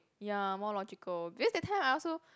ya more logical because that time I also